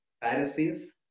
Pharisees